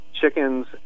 chickens